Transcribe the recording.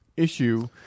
issue